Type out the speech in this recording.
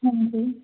ਹਾਂਜੀ